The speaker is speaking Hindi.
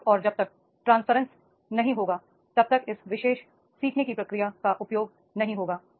जब तक और जब तक ट्रांसफरेंस नहीं होगा तब तक इस विशेष सीखने की प्रक्रिया का कोई उपयोग नहीं होगा